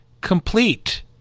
complete